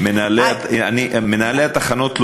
מנהלי התחנות,